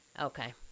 Okay